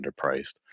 underpriced